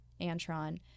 Antron